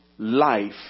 Life